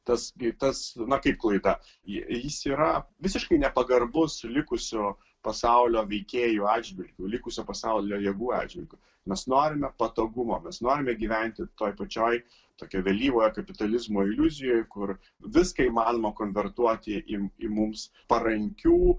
tas gi tas na kaip klaida ji jis yra visiškai nepagarbus likusio pasaulio veikėjų atžvilgiu likusio pasaulio jėgų atžvilgiu mes norime patogumo mes norime gyventi toj pačioj tokio vėlyvojo kapitalizmo iliuzijoj kur viską įmanoma konvertuoti į mums parankių